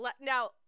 Now